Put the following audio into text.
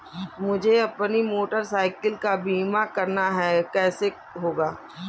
मुझे अपनी motorcycle का बीमा करना है कैसे होगा?